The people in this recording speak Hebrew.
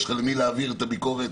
יש לך למי להעביר את הביקורת